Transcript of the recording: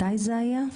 מתי זה היה?